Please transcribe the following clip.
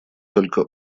только